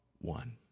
One